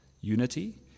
unity